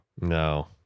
no